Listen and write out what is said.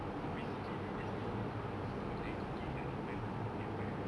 so basically they just individually semua like joget kat depan camera